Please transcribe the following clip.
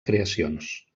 creacions